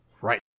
right